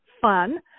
fun